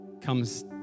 comes